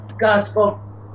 gospel